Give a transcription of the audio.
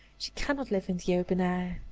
she cannot live in the open air.